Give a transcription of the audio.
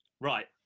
Right